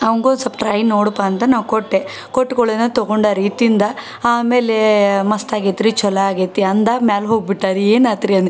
ಅವನಿಗು ಸ್ವಲ್ಪ ಟ್ರೈ ನೋಡುಪಾ ಅಂತ ನಾನು ಕೊಟ್ಟೆ ಕೊಟ್ಟು ಕೂಡ್ಲೇನೇ ತಗೊಂಡ ರೀ ತಿಂದು ಆಮೇಲೆ ಮಸ್ತ್ ಆಗೈತಿ ರೀ ಛಲೊ ಆಗೈತಿ ಅಂದ ಮ್ಯಾಲ ಹೋಗ್ಬಿಟ್ಟ ರೀ ಏನಾಯ್ತು ರೀ ಅಂದು